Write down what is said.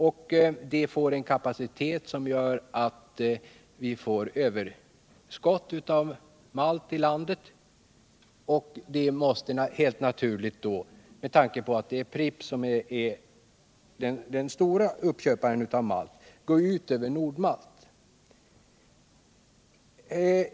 Detta mälteri får en kapacitet som medför att vi får ett överskott av malt i landet, vilket helt naturligt går ut över Nord-Malt — Pripps är ju den stora uppköparen av malt.